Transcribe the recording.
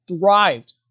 thrived